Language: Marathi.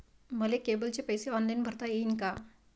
मले केबलचे पैसे ऑनलाईन भरता येईन का?